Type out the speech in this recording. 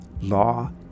Law